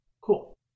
Cool